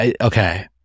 Okay